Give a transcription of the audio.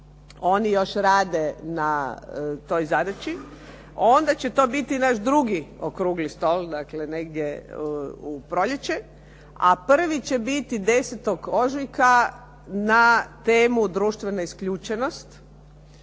oni još rade na toj zadaći, onda će to biti naš drugi okrugli stol. Dakle, negdje u proljeće, a prvi će biti 10. ožujka na temu “Društvena isključenost“.